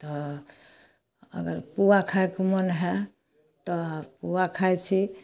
तऽ अगर पुआ खाएके मन है तऽ पुआ खाइ छी